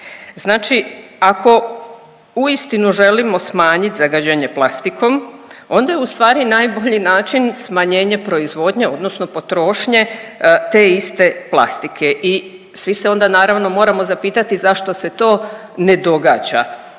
Znači ako uistinu želimo smanjit zagađenje plastikom onda je ustvari najbolji način smanjenje proizvodnje odnosno potrošnje te iste plastike. I svi se onda naravno moramo zapitati zašto se to ne događa?